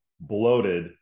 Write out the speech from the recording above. bloated